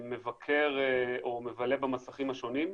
מבקר או מבלה במסכים השונים,